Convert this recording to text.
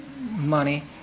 money